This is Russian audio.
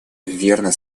верно